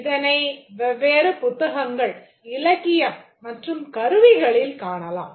இதனை வெவ்வேறு புத்தகங்கள் இலக்கியம் மற்றும் கருவிகளில் காணலாம்